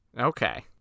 Okay